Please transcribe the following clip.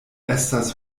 estas